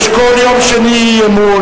יש כל יום שני אי-אמון,